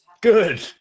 Good